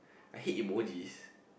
I hate emojis